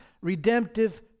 redemptive